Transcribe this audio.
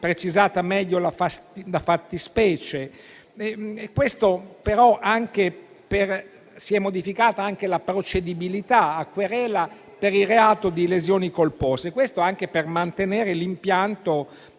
precisata la fattispecie e si è modificata anche la procedibilità a querela per il reato di lesioni colpose, anche per mantenere l'impianto